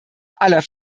aller